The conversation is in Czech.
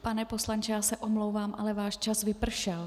Pane poslanče, já se omlouvám, ale váš čas vypršel.